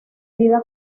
vida